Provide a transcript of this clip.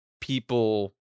people